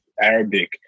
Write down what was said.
Arabic